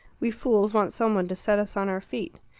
we fools want some one to set us on our feet.